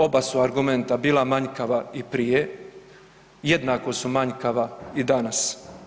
Oba su argumenta bila manjkava i prije, jednako su manjkava i danas.